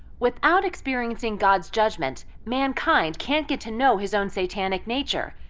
without experiencing god's judgment, mankind can't get to know his own satanic nature,